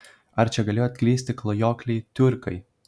ar čia galėjo atklysti klajokliai tiurkai